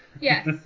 Yes